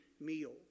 meal